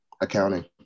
accounting